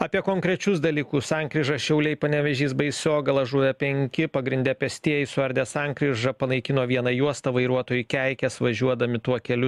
apie konkrečius dalykus sankryža šiauliai panevėžys baisiogala žuvę penki pagrinde pėstieji suardė sankryžą panaikino vieną juostą vairuotojai keikias važiuodami tuo keliu